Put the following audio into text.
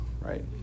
right